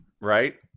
Right